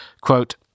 Quote